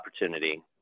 opportunity